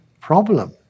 problem